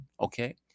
okay